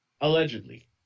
allegedly